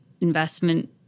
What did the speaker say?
investment